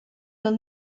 los